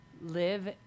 live